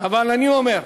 אבל אני אומר: